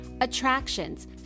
attractions